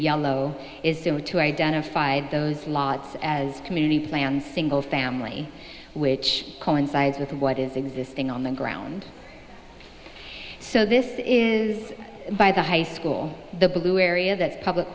yellow is to identify those lots as community plans single family which coincides with what is existing on the ground so this is by the high school the blue area that's public